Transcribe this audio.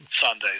Sunday